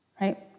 Right